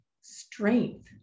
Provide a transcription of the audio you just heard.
strength